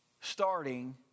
starting